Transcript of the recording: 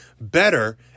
better